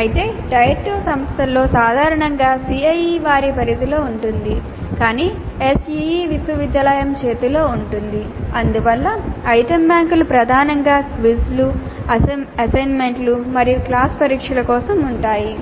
అయితే టైర్ 2 సంస్థలలో సాధారణంగా CIE వారి పరిధిలో ఉంటుంది కాని SEE విశ్వవిద్యాలయం చేతులో ఉంటుంది అందువల్ల ఐటెమ్ బ్యాంకులు ప్రధానంగా క్విజ్లు అసైన్మెంట్లు మరియు క్లాస్ పరీక్షల కోసం ఉంటాయి